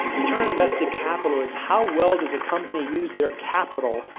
return on invested capital is how well does a company use their capital,